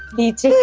neither